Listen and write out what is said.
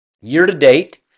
Year-to-date